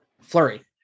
flurry